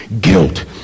guilt